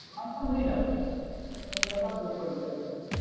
पाँच सए नहि होयत कनि जादा दूर पड़ि जाइत छै